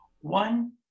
one